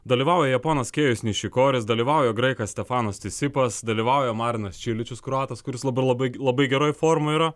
dalyvauja japonas kėjus nišikoras dalyvauja graikas stefanas tesipas dalyvauja marinas čiličius kroatas kuris labai labai labai geroj formoj yra